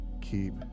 keep